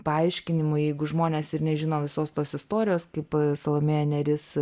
paaiškinimų jeigu žmonės ir nežino visos tos istorijos kaip salomėja nėris